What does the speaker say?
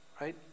right